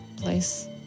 place